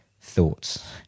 Thoughts